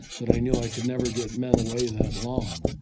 but i knew i could never get men away that long,